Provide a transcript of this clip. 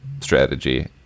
strategy